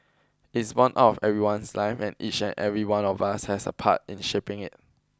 it is borne out of everyone's life and each and every one of us has a part in shaping it